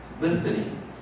listening